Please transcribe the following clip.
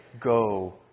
Go